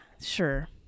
Sure